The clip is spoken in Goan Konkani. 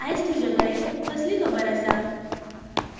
आयज तुजे कडेन कसली खबर आसा